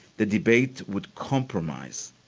the debate would compromise,